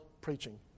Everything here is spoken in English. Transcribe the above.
preaching